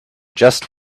just